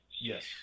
Yes